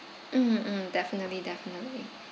mm mm definitely definitely